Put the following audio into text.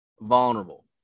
vulnerable